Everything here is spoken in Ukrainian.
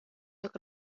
так